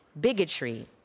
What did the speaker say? bigotry